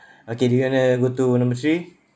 okay do you want to go to number three